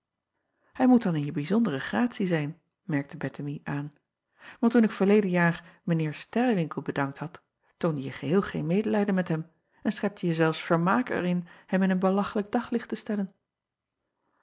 ij moet dan in je bijzondere gratie zijn merkte ettemie aan want toen ik verleden jaar mijn eer terrewinkel bedankt had toonde je geheel geen medelijden met hem en schepte je zelfs vermaak er in hem in een belachlijk daglicht te stellen